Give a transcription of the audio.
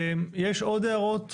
יש עוד הערות